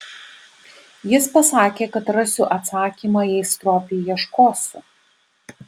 jis pasakė kad rasiu atsakymą jei stropiai ieškosiu